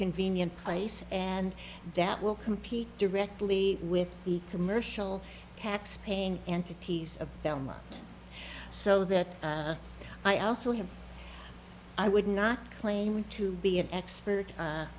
convenient place and that will compete directly with the commercial taxpaying entities of them so that i also have i would not claim to be an expert